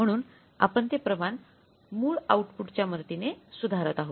म्हणून आपण ते प्रमाण मूळ ओउटपूटच्या मदतीने सुधारत आहोत